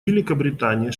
великобритания